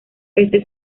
este